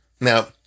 Now